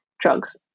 drugs